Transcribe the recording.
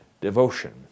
devotion